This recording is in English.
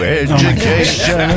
education